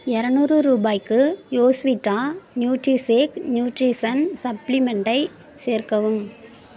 இரநூறு ரூபாய்க்கு யோஸ்விட்டா நியூட்ரிஷேக் நியூட்ரிஷன் சப்ளிமெண்ட்டை சேர்க்கவும்